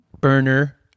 Burner